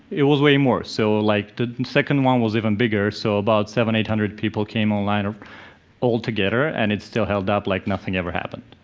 it was way more. so ah like the second one was even bigger, so about seven eight hundred people came online all together and it still held up like nothing ever happened.